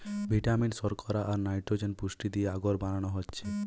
vitamin, শর্করা, আর nitrogen পুষ্টি দিয়ে আগর বানানো হচ্ছে